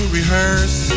rehearse